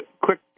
quick